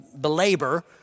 belabor